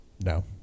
No